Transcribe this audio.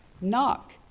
Knock